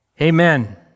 Amen